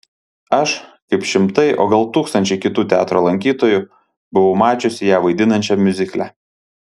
aš kaip šimtai o gal tūkstančiai kitų teatro lankytojų buvau mačiusi ją vaidinančią miuzikle